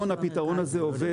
יש פתרון, והפתרון הזה עובד.